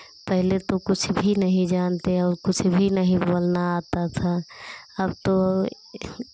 पहले तो कुछ भी नहीं जानते और कुछ भी नहीं बोलना आता था अब तो